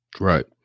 Right